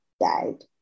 died